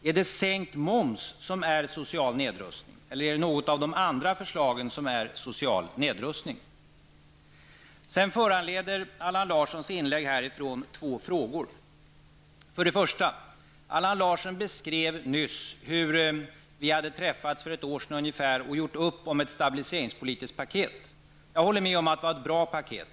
Är det sänkt moms som är social nedrustning, eller är det något av de andra förslagen som är social nedrustning? Allan Larssons inlägg föranleder två frågor. För det första: Allan Larsson beskrev nyss hur vi hade träffats för ungefär ett år sedan och gjort upp om ett stabiliseringspolitiskt paket. Jag håller med om att det var ett bra paket.